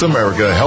America